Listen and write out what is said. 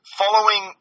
following